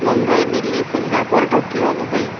Mumbai Delhi Singapore Tokyo Dubai